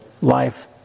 life